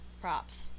props